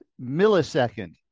millisecond